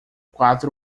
quatro